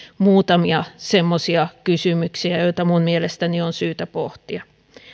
muutamia semmoisia kysymyksiä joita mielestäni on syytä pohtia